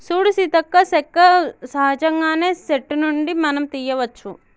సూడు సీతక్క సెక్క సహజంగానే సెట్టు నుండి మనం తీయ్యవచ్చు